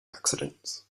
accidents